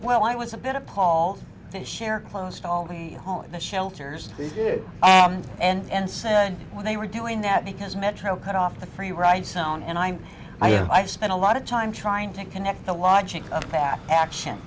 well i was a bit appalled to share close to all the homeless shelters good and and sad when they were doing that because metro cut off the free ride sound and i'm i spent a lot of time trying to connect the logic of past action